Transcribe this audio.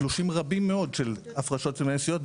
תלושים רבים מאוד של הפרשות של דמי נסיעות.